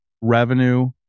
revenue